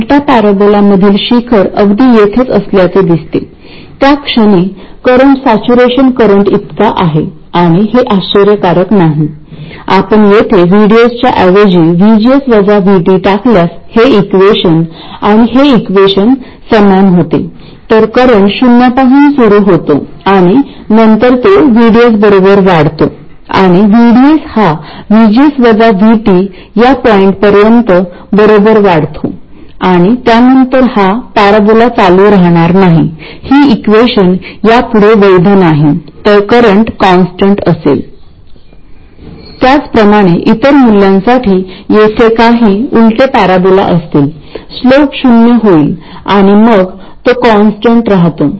उदाहरणार्थ या प्रकरणात जर थ्रेशोल्ड व्होल्टेज जास्त असेल तर परिणाम स्वरूप VGS मोठा असेल म्हणजे फरक कायम राहतो